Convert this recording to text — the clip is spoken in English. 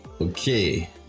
Okay